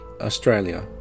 Australia